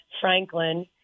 Franklin